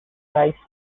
high